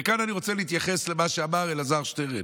וכאן אני רוצה להתייחס למה שאמר אלעזר שטרן.